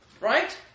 Right